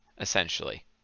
essentially